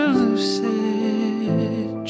lucid